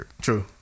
True